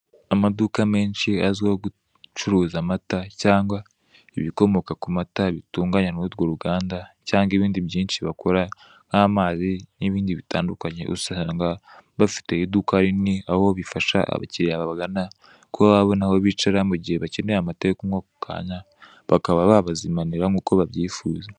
Amaduka menshi azwiho gucuruza amata cyangwa ibikomoka ku mata, bitunganywa n'urwo ruganda cyangwa ibindi byinshi bakora nk'amazi, n'ibindi bitandukanye. Usanaga bafite iduka rinini aho bifasha abakiriya babagana kuba babona aho bicara mu gihe bakeneye amata yo kunywa ako kanya bakaba babazimanira nk'uko babyifuza.